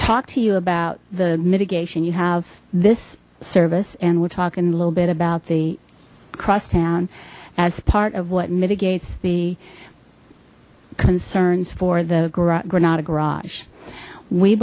talk to you about the mitigation you have this service and we're talking a little bit about the crosstown as part of what mitigates the concerns for the granada garage we